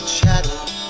shadow